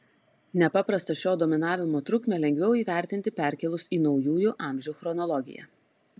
nepaprastą šio dominavimo trukmę lengviau įvertinti perkėlus į naujųjų amžių chronologiją